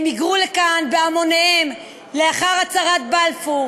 הם היגרו לכאן בהמוניהם לאחר הצהרת בלפור,